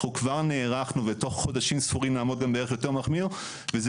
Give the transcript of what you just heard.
אנחנו כבר נערכנו ותוך חודשים ספורים נעמוד גם בערך יותר מחמיר וזה